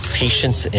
patience